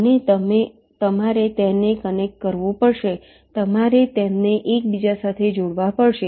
અને તમારે તેમને કનેક્ટ કરવું પડશે તમારે તેમને એકબીજા સાથે જોડવા પડશે